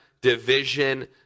division